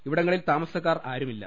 ഇവിടങ്ങളിൽ താമസക്കാർ ആരുമില്ല